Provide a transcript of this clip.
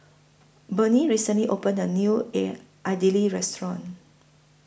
Burney recently opened A New Air Idili Restaurant